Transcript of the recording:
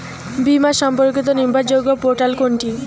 বীমা সম্পর্কিত নির্ভরযোগ্য পোর্টাল কোনটি?